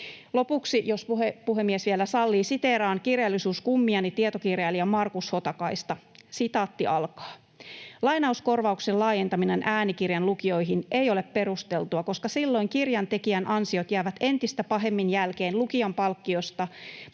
Lopuksi, jos puhemies vielä sallii, siteeraan kirjallisuuskummiani, tietokirjailija Markus Hotakaista: ”Lainauskorvauksen laajentaminen äänikirjan lukijoihin ei ole perusteltua, koska silloin kirjantekijän ansiot jäävät entistä pahemmin jälkeen lukijan palkkioista, jotka